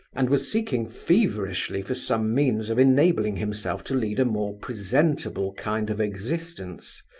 and was seeking feverishly for some means of enabling himself to lead a more presentable kind of existence.